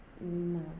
no